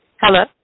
Hello